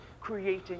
creating